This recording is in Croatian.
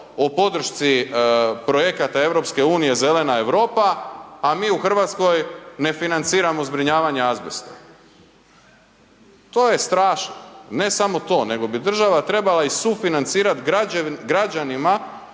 o podršci projekata EU Zelena Europa, a mi u Hrvatskoj ne financiramo zbrinjavanje azbesta. To je strašno, ne samo to, nego bi država trebala i sufinancirat građanima